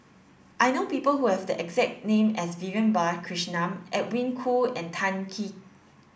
I know people who have the exact name as Vivian Balakrishnan Edwin Koo and Tan Kim